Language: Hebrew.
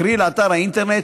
קרי לאתר האינטרנט,